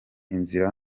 inzira